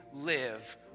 live